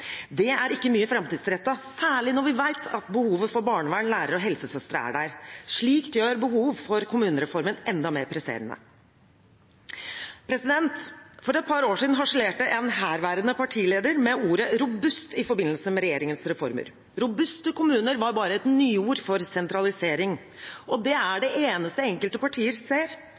Det er ikke mye framtidsrettet, særlig når vi vet at behovet for barnevern, lærere og helsesøstre er der. Slikt gjør behovet for kommunereformen enda mer presserende. For et par år siden harselerte en herværende partileder med ordet «robust» i forbindelse med regjeringens reformer. Robuste kommuner var bare et nyord for sentralisering, og det er det eneste enkelte partier ser